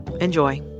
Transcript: Enjoy